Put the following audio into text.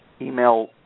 email